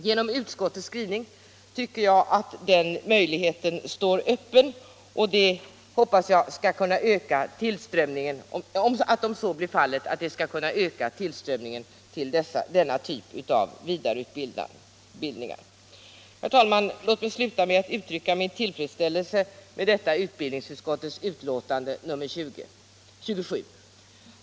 Genom utskottets skrivning tycker jag att den möjligheten står öppen, och jag hoppas att om så blir fallet det skall kunna öka tillströmningen till denna typ av vidareutbildning. Herr talman! Låt mig sluta med att uttrycka min tillfredsställelse med detta utbildningsutskottets betänkande nr 27.